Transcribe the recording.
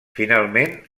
finalment